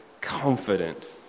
confident